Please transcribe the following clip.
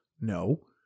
No